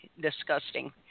disgusting